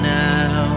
now